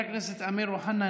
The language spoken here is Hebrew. חבר הכנסת אמיר אוחנה,